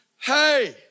hey